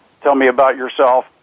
tell-me-about-yourself